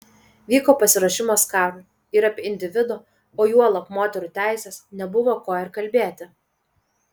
vyko pasiruošimas karui ir apie individo o juolab moterų teises nebuvo ko ir kalbėti